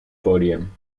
podium